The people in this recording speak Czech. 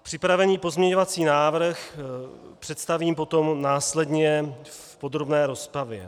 Připravený pozměňovací návrh představím potom následně v podrobné rozpravě.